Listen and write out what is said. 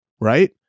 right